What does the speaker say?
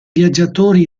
viaggiatori